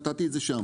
נתתי את זה שם,